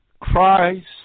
Christ